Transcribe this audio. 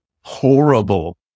horrible